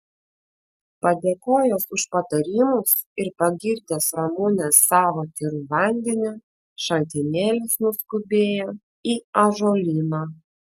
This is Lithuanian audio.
padėkojęs už patarimus ir pagirdęs ramunes savo tyru vandeniu šaltinėlis nuskubėjo į ąžuolyną